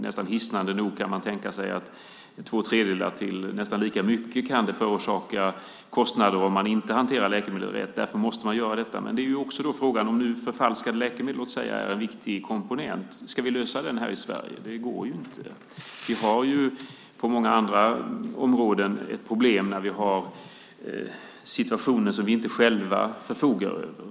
Nästan hisnande nog kan man tänka sig att till två tredjedelar eller nästan lika mycket kan det förorsaka kostnader om man inte hanterar läkemedel rätt. Därför måste man göra detta. Men det är också frågan om nu förfalskade läkemedel är en viktig komponent. Ska vi lösa detta här i Sverige? Det går ju inte. Vi har på många andra områden ett problem när vi har situationer som vi inte själva förfogar över.